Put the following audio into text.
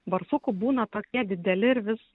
barsukų būna tokie dideli ir vis